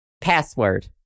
password